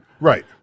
Right